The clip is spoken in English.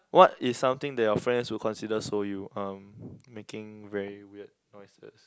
what is something that your friends would consider so you um making very weird noises